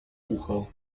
ucho